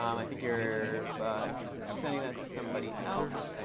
um i think you're but sending that to somebody else.